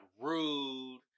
rude